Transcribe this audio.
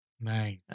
Nice